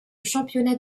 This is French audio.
championnats